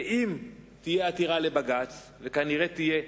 ואם תהיה עתירה לבג"ץ, וכנראה תהיה,